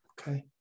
okay